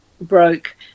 broke